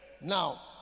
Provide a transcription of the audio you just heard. Now